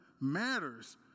matters